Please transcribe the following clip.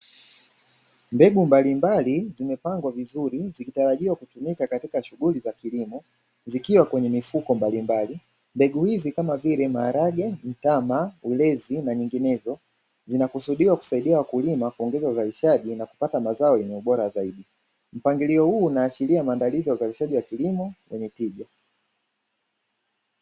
Mbegu mbalimbali zimepangwa vizuri zikitarajiwa kutumika katika shughuli za kilimo, zikiwa kwenye mifuko mbalimbali. Mbegu hizi kama vile maharage, mtama, ulezi na nyinginezo. Zinakusudiwa kusaidia wakulima kuongeza uzalishaji na kupata mazao yenye ubora zaidi. Mpangilio huu unaashiria maandalizi ya uzalishaji wa kilimo wenye tija.